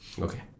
Okay